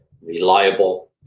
reliable